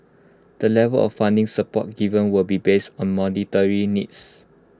the level of funding support given will be based on mobility needs